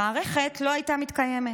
המערכת לא הייתה מתקיימת.